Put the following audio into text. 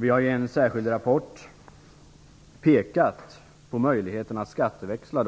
Vi har i en särskild rapport pekat på möjligheten att skatteväxla